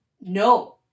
No